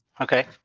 okay